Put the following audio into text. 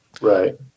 right